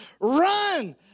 Run